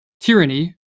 tyranny